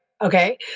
okay